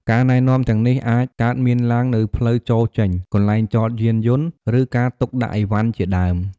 ការណែនាំទាំងនេះអាចកើតមានឡើងនៅផ្លូវចូលចេញ កន្លែងចតយានយន្ត ឬការទុកដាក់ឥវ៉ាន់ជាដើម។